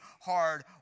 hard